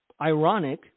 ironic